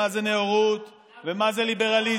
מה זו נאורות ומה זה ליברליזם.